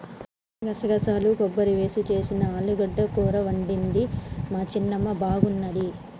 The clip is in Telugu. గసగసాలు కొబ్బరి వేసి చేసిన ఆలుగడ్డ కూర వండింది మా చిన్నమ్మ బాగున్నది